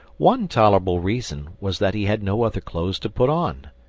one tolerable reason was that he had no other clothes to put on,